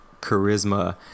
charisma